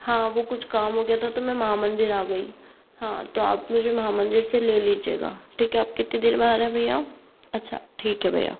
हाँ वो कुछ काम हो गया था तो मैं महा मंदिर आ गई हाँ तो आप मुझे महा मंदिर से ले लिजिएगा ठीक है आप कितनी देर में आ रहे हैं भैया अच्छा ठीक है भैया